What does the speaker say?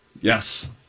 Yes